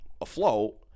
afloat